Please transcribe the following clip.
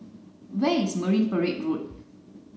where is Marine Parade Road